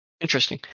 Interesting